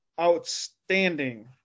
outstanding